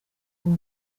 uwo